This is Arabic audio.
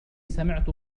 سمعت